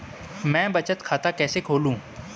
मैं बचत खाता कैसे खोलूं?